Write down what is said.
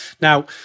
Now